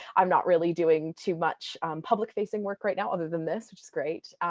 i'm not really doing too much public-facing work right now, other than this, which is great.